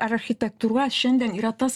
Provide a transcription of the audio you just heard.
ar architektūla šiandien yra tas